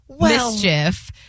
mischief